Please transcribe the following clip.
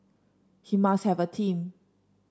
he must have a team